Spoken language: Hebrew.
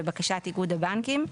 לבקשת איגוד הבנקים,